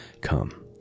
Come